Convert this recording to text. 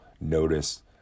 notice